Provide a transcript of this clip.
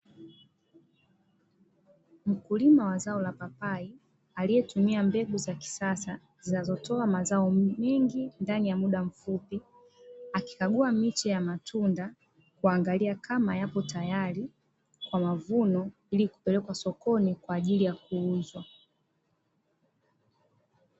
Mkulima wa zao la papai aliyetumia mbegu za kisasa zinazotoa mazao mengi ndani ya muda mfupi. akikagua miche ya matunda kuangalia kama yapo tayari kwa mavuno ili kupelekwa sokoni kwa ajili ya kuuzwa.